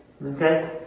Okay